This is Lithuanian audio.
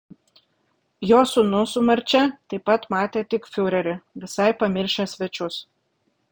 jo sūnus su marčia taip pat matė tik fiurerį visai pamiršę svečius